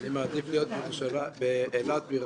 אני מקדם בברכה את ראש עיריית אילת,